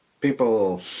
People